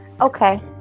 Okay